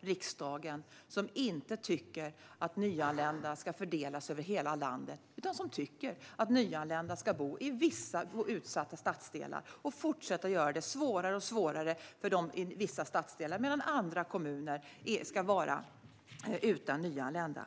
riksdagen som inte tycker att nyanlända ska fördelas över hela landet. De tycker att nyanlända ska bo i vissa utsatta stadsdelar och att man ska fortsätta att göra det svårare och svårare för vissa stadsdelar och kommuner, medan andra kommuner ska vara utan nyanlända.